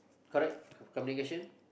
correct communication